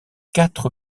quatre